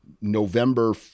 November